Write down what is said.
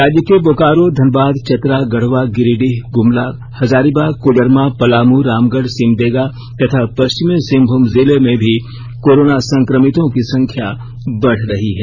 राज्य के बोकारो धनबाद चतरा गढ़वा गिरिडीह गुमला हजारीबाग कोरडमा पलामू रामगढ़ सिमडेगा तथा पश्चिमी सिंहभूम जिले में भी कोरोना संक्रमितों की संख्या बढ़ रही है